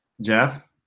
Jeff